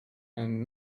and